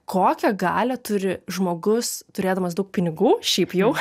kokią galią turi žmogus turėdamas daug pinigų šiaip jau